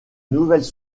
nouvelles